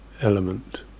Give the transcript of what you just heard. element